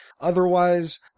Otherwise